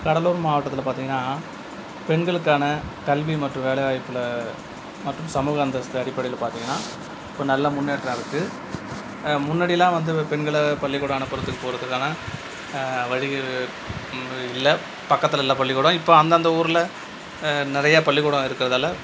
கடலூர் மாவட்டத்தில் பார்த்தீங்கன்னா பெண்களுக்கான கல்வி மற்றும் வேலைவாய்ப்பில் மற்றும் சமூக அந்தஸ்து அடிப்படையில் பார்த்தீங்கன்னா ஒரு நல்ல முன்னேற்றம் இருக்குது முன்னாடியெலாம் வந்து பெண்களை பள்ளிக்கூடம் அனுப்புறதுக்கு போகிறதுக்கான வழிகள் ரொம்ப இல்லை பக்கத்தில் இல்லை பள்ளிக்கூடம் இப்போ அந்தந்த ஊரில் நிறையா பள்ளிக்கூடம் இருக்கிறதால